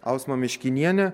ausma miškinienė